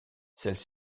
celles